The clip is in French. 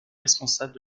responsable